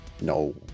No